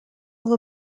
will